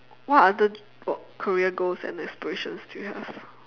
what are the career goals and aspirations do you have